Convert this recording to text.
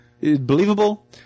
believable